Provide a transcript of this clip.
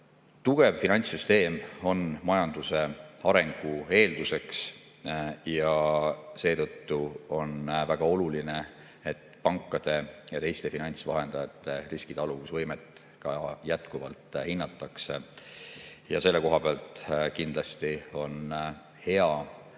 Tugev finantssüsteem on majanduse arengu eeldus ja seetõttu on väga oluline, et pankade ja teiste finantsvahendajate riskitaluvusvõimet ka jätkuvalt hinnatakse. Selle koha pealt on kindlasti hea,